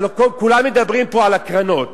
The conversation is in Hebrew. הלוא כולם מדברים פה על הקרנות,